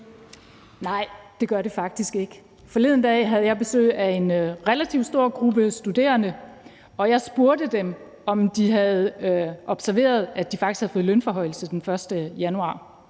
Nej, det gør det faktisk ikke. Forleden dag havde jeg besøg af en relativt stor gruppe studerende, og jeg spurgte dem, om de havde observeret, at de faktisk havde fået lønforhøjelse den 1. januar.